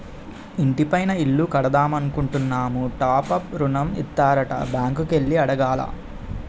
ఇంటి పైన ఇల్లు కడదామనుకుంటున్నాము టాప్ అప్ ఋణం ఇత్తారట బ్యాంకు కి ఎల్లి అడగాల